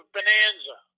Bonanza